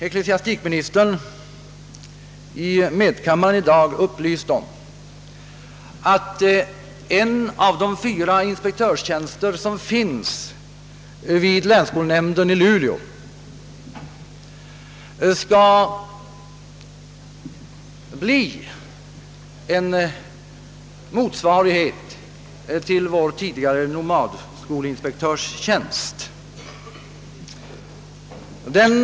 Ecklesiastikministern har i medkammaren i dag upplyst om att en av de fyra inspektörstjänster som finns vid länsskolnämnden i Luleå skall bli en motsvarighet till den tidigare nomadskolinspektörstjänsten.